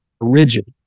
rigid